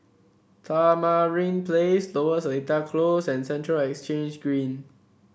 Tamarind Place Lower Seletar Close and Central Exchange Green